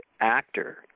actor